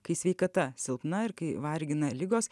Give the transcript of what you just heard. kai sveikata silpna ir kai vargina ligos